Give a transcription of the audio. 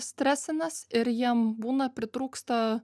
stresines ir jiem būna pritrūksta